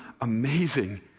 amazing